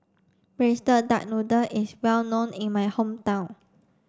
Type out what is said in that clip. braised duck noodle is well known in my hometown